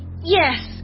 Yes